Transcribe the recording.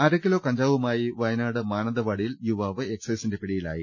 അരക്കിലോ കഞ്ചാവുമായി വയനാട് മാനന്തവാടിയിൽ യുവാവ് എക്സൈസിന്റെ പിടിയിലായി